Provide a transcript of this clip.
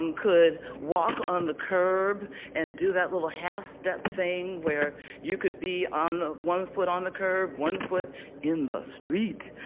um could walk on the curb and do that little half-step thing where you could be on one foot on the curb one foot in the street,